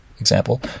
example